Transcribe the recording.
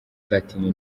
platini